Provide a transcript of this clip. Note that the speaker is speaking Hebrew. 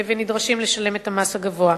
ונדרשים לשלם את המס הגבוה.